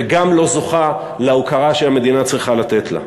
וגם לא זוכה להוקרה שהמדינה צריכה לתת לה.